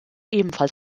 ebenfalls